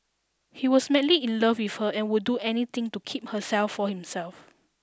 he was madly in love with her and would do anything to keep herself for himself